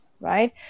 right